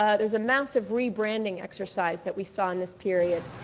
ah there was a massive rebranding exercise that we saw in this period.